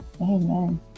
Amen